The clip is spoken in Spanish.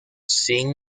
sean